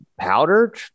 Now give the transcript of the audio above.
powdered